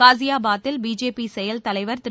காஸியாபாதில் BJP செயல் தலைவர் திரு